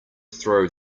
throw